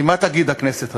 כי מה תגיד הכנסת הזאת?